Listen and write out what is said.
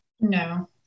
No